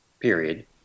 period